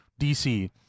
DC